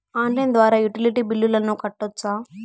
Online ద్వారా utility బిల్లులను కట్టొచ్చా?